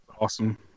awesome